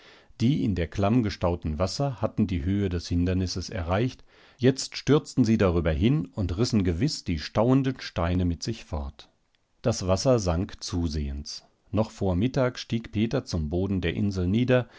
die in der klamm gestauten wasser hatten die höhe des hindernisses erreicht jetzt stürzten sie darüber hin und rissen gewiß die stauenden steine mit sich fort das wasser sank zusehends noch vor mittag stieg peter zum boden der insel nieder